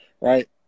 right